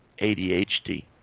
ADHD